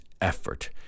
effort